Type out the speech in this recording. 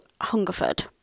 Hungerford